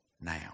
now